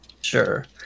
sure